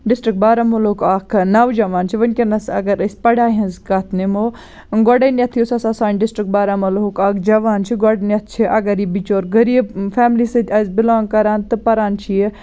district بارہمولہُک اکھ نوجَوان چھُ وٕنکیٚنَس اگر أسۍ پَڑاے ہٕنٛز کتھ نِمو گۄڈنیٚتھ یُس ہَسا سانہِ ڈِسٹرک بارہمولہُک اکھ جَوان چھُ گۄڈنیٚتھ چھ اگر یہِ بِچور غریٖب فیملی سۭتۍ آسہِ بِلانٛگ کَران تہٕ پَران چھِ یہِ